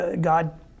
God